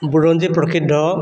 বুৰঞ্জীপ্ৰসিদ্ধ